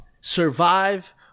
survive